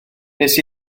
wnes